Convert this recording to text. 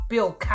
Bill